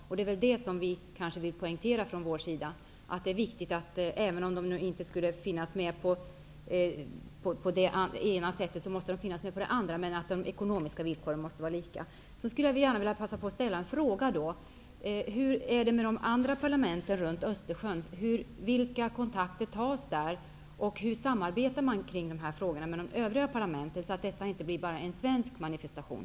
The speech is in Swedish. Om de inte kan finnas med på det ena sättet måste de finnas med på det andra, men det som vi från vår sida vill poängtera är att det är viktigt att de ekonomiska villkoren är lika. Hur är det med de andra parlamenten runt Östersjön -- vilka kontakter tas där och hur samarbetar man med dem kring de här frågorna för att detta inte skall bli bara en svensk manifestation?